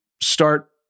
start